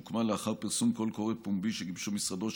היא הוקמה לאחר פרסום קול קורא פומבי שגיבשו משרד ראש